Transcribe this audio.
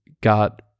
got